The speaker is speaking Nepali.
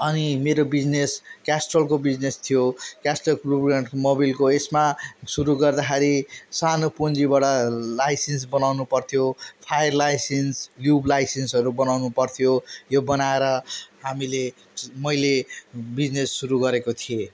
अनि मेरो बिजनेस केस्ट्रलको बिजनेस थियो केस्ट्रल लुब्रिकेन्ट मबिलको यसमा सुरु गर्दाखेरि सानो पुँजीबाट लाइसेन्स बनाउनु पर्थ्यो फायर लाइसेन्स ल्युब लाइसेन्सहरू बनाउनु पर्थ्यो यो बनाएर हामीले मैले बिजनेस सुरु गरेको थिएँ